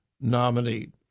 nominee